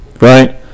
right